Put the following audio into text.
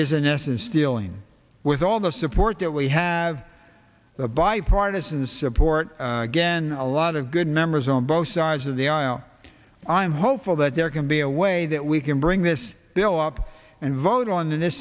essence dealing with all the support that we have the bipartisan support again a lot of good members on both sides of the aisle i'm hopeful that there can be a way that we can bring this bill up and vote on this